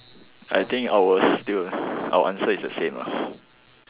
I think I will still our answer is the same ah